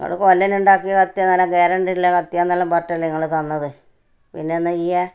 ഇങ്ങൾ കൊല്ലനുണ്ടാക്കിയ കത്തിയാണ് നല്ല ഗ്യാരൻറ്റി ഉള്ള കത്തിയാണെന്നെല്ലാം പറഞ്ഞിട്ടല്ലെ ഇങ്ങൾ തന്നത് പിന്നെന്നാ ചെയ്യുക